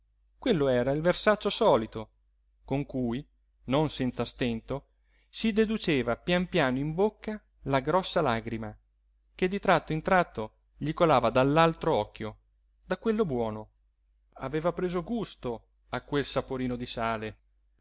quello era il versaccio solito con cui non senza stento si deduceva pian piano in bocca la grossa lagrima che di tratto in tratto gli colava dall'altro occhio da quello buono aveva preso gusto a quel saporino di sale